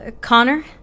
Connor